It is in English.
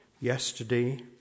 yesterday